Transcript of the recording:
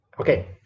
Okay